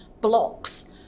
blocks